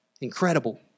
Incredible